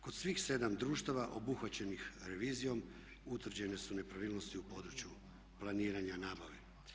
Kod svih 7 društava obuhvaćenih revizijom utvrđene su nepravilnosti u području planiranja nabave.